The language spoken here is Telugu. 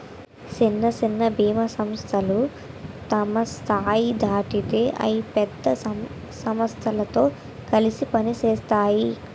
సిన్న సిన్న బీమా సంస్థలు తమ స్థాయి దాటితే అయి పెద్ద సమస్థలతో కలిసి పనిసేత్తాయి